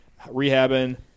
rehabbing